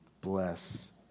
bless